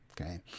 okay